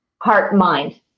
heart-mind